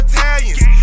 Italians